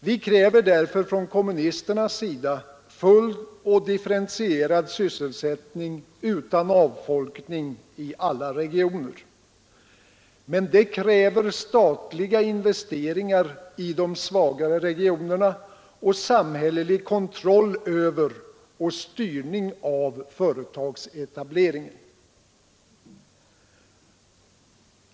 Vi kräver därför från kommunisternas sida full och differentierad sysselsättning utan avfolkning i alla regioner. Men det fordrar statliga investeringar i de svagare regionerna och samhällelig kontroll över och styrning av företagsetableringen.